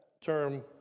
term